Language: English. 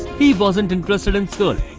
he wasn't interested in schooling.